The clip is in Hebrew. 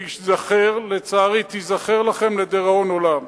שלצערי תיזכר לכם לדיראון עולם.